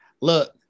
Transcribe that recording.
look